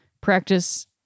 practice